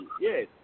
Yes